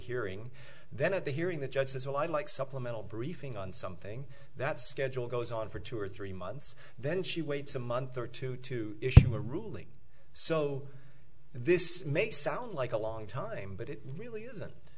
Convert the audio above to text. hearing then at the hearing the judge says well i'd like supplemental briefing on something that schedule goes on for two or three months then she waits a month or two to issue a so this may sound like a long time but it really isn't